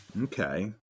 Okay